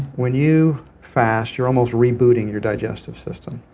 when you fast, you're almost rebooting your digestive system.